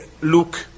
look